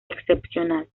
excepcional